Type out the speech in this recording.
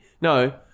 No